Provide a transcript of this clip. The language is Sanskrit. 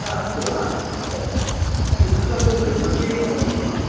हा अस्तु हा अस्तु चर्चां कुर्वन्तु हा शीघ्रं वदन्तु हा